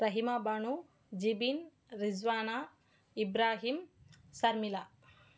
Rahima Banu Jibin Rizwana Ibrahim Sharmila